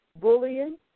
Bullying